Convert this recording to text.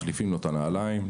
מחליפים לו את הנעליים,